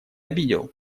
обидел